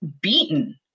beaten